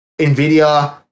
NVIDIA